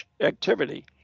activity